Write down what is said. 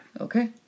Okay